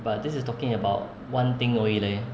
but this is talking about one thing only leh